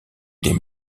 des